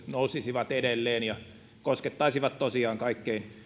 nousisivat edelleen ja koskettaisivat tosiaan kaikkein